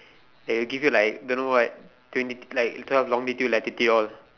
they will give you like don't know what twenty like twelve longitude latitude all